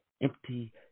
empty